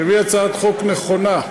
שהביא הצעת חוק נכונה.